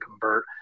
convert